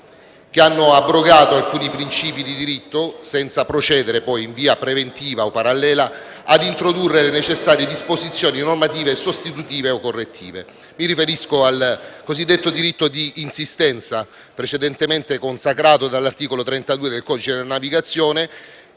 che hanno abrogato alcuni principi di diritto senza procedere, in via preventiva o parallela, a introdurre le necessarie disposizioni normative sostitutive o correttive. Mi riferisco all'abrogazione del cosiddetto diritto di insistenza - precedentemente consacrato dall'articolo 37 del codice della navigazione